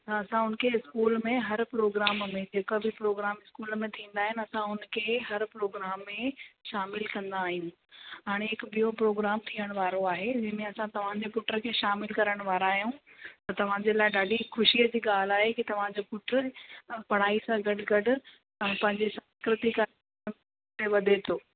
हा असां हुनखे स्कूल में हर प्रोग्राम में जेका बि प्रोग्राम स्कूल में थींदा आहिनि असां हुनखे हर प्रोग्राम में शामिलु कंदा आहियूं हाणे हिकु ॿियो प्रोग्राम थियण वारो आहे जंहिंमें असां तव्हांजे पुट खे शामिलु करण वारा आयूं त तव्हांजे लाइ ॾाढी ख़ुशीअ जी ॻाल्हि आहे की तव्हांजो पुटु पढ़ाई सां गॾु गॾु पंहिंजी संस्कृति कम में वधे थो